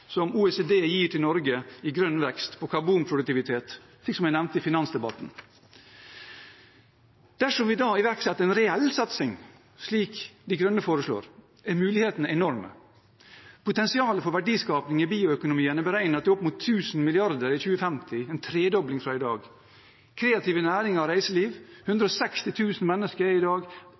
som OECD gir Norge i grønn vekst og karbonproduktivitet, som jeg nevnte i finansdebatten. Dersom vi iverksetter en reell satsing, slik Miljøpartiet De Grønne foreslår, er mulighetene enorme. Potensialet for verdiskaping i bioøkonomien er beregnet til opp mot tusen milliarder i 2050 – en tredobling fra i dag. Kreative næringer og reiseliv: 160 000 mennesker er i dag